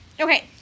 Okay